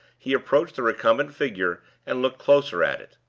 he approached the recumbent figure and looked closer at it.